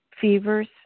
fevers